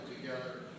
together